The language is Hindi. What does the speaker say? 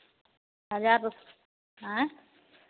हज़ार